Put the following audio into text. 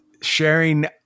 sharing